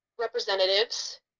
representatives